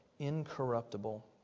incorruptible